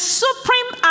supreme